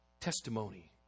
testimony